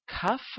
Cuff